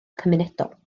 cymunedol